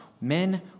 Men